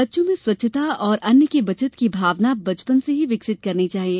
बच्चों में स्वच्छता और अन्न की बचत की भावना बचपन से विकसित करना चाहिए